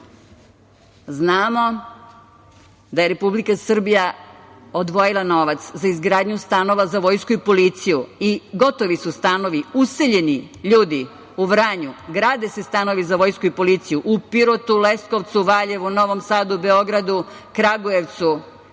42.Znamo da je Republika Srbija odvojila novac za izgradnju stanova za vojsku i policiju i gotovi su stanovi, useljeni ljudi u Vranju. Grade se stanovi za vojsku i policiju u Pirotu, Leskovcu, Valjevu, Novom Sadu, Beogradu, Kragujevcu,